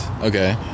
Okay